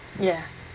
ya